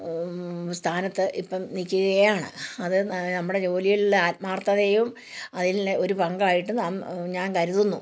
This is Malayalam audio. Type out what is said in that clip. സ്ഥാനത്ത് ഇപ്പം നിൽക്കുകയാണ് അത് ഞമ്മടെ ജോലിയിലുള്ള ആത്മാർത്ഥതയും അതിലുള്ള ഒരു പങ്കായിട്ട് നാം ഞാൻ കരുതുന്നു